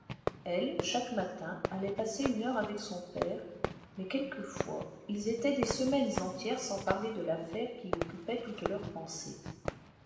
elle chaque matin allait passer une heure avec son père mais quelquefois ils étaient des semaines entières sans parler de l'affaire qui occupait toutes leurs pensées